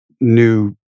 new